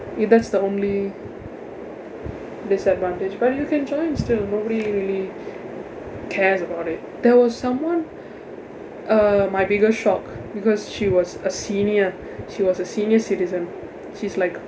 uh that's the only disadvantage but you can join still nobody really cares about it there was someone uh my biggest shock because she was a senior she was a senior citizen she's like